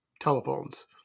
telephones